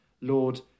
Lord